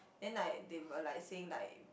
then like they were like saying like